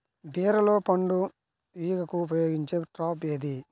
బీరలో పండు ఈగకు ఉపయోగించే ట్రాప్ ఏది?